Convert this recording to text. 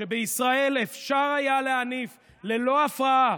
שבישראל אפשר היה להניף ללא הפרעה